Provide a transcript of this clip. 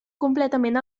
completament